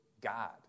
God